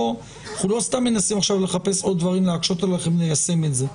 אנחנו לא סתם מנסים עכשיו לחפש עוד דברים להקשות עליכם ליישם את זה,